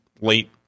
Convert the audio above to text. late